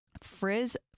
Frizz